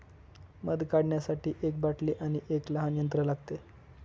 मध काढण्यासाठी एक बाटली आणि एक लहान यंत्र लागते